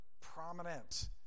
prominent